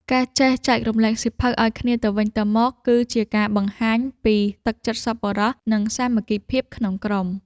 ការចេះចែករំលែកសៀវភៅឱ្យគ្នាទៅវិញទៅមក គឺជាការបង្ហាញពីទឹកចិត្តសប្បុរស និងសាមគ្គីភាពក្នុងក្រុម។